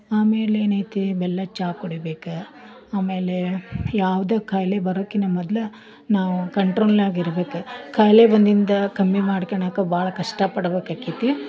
ಆಮೇಲೆ ಏನೈತೆ ಬೆಲ್ಲ ಚಾ ಕುಡಿಬೇಕು ಆಮೇಲೆ ಯಾವುದು ಕಾಯಿಲೆ ಬರೋಕ್ಕಿಂತ ಮೊದ್ಲು ನಾವು ಕಂಟ್ರೋಲ್ನ್ಯಾಗಿ ಇರ್ಬೇಕು ಕಾಯ್ಲೆ ಬಂದಿಂದ ಕಮ್ಮಿ ಮಾಡ್ಕೊಳಕ್ಕ ಭಾಳ ಕಷ್ಟ ಪಡ್ಬೇಕು ಆಕ್ಯತ್ತಿ